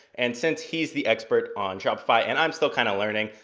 and since he's the expert on shopify and i'm still kinda learning,